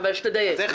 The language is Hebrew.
אבל שתדייק.